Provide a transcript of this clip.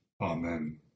Amen